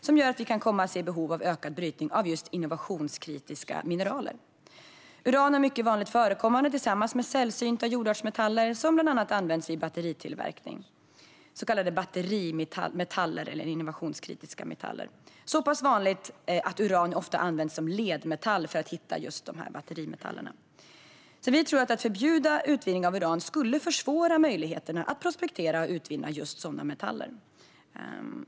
Det gör att vi kan komma att se behov av ökad brytning av innovationskritiska mineraler. Uran är mycket vanligt förekommande tillsammans med sällsynta jordartsmetaller som bland annat används vid batteritillverkning, så kallade batterimetaller eller innovationskritiska metaller - så pass vanligt att uran ofta används som ledmetall för att hitta batterimetallerna. Vi tror att ett förbud mot utvinning av uran skulle försvåra möjligheterna att prospektera och utvinna sådana metaller.